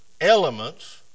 elements